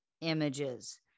images